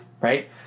Right